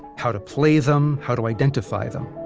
how to play them, how to identify them